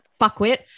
fuckwit